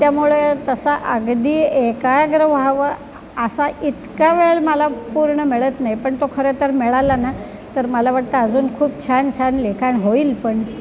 त्यामुळे तसा अगदी एकाग्र व्हावं आसा इतका वेळ मला पूर्ण मिळत नाही पण तो खरं तर मिळाला ना तर मला वाटतं अजून खूप छान छान लिखाण होईल पण